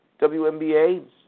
WNBA